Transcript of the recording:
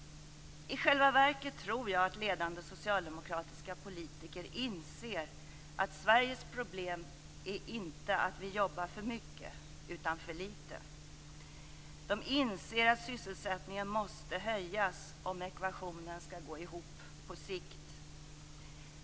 I själva verket tror jag att ledande socialdemokratiska politiker inser att Sveriges problem inte är att vi jobbar för mycket utan för lite. De inser att sysselsättningen måste höjas om ekvationen skall gå ihop på sikt.